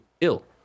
Ill